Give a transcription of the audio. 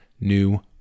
new